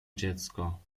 dziecko